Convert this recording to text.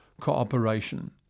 cooperation